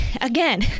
again